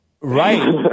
Right